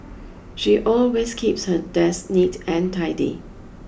she always keeps her desk neat and tidy